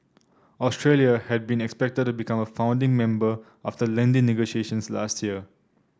Australia had been expected to become a founding member after lengthy negotiations last year